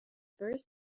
first